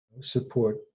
support